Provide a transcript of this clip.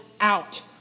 out